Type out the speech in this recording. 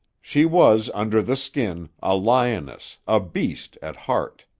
she was under the skin, a lioness, a beast, at heart.